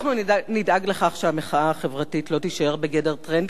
אנחנו נדאג לכך שהמחאה החברתית לא תישאר בגדר טרנד,